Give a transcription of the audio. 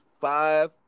five